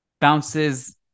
bounces